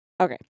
Okay